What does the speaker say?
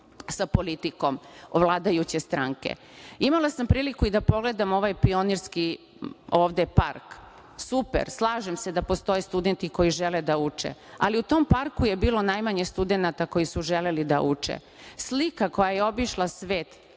sa politikom vladajuće stranke. Imala sam priliku i da pogledam ovaj Pionirski ovde park. Super, slažem se da postoje studenti koji žele da uče. Ali u tom parku je bilo najmanje studenata koji su želeli da uče. Slika koja je obišla svet